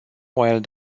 while